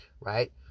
right